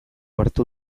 hartu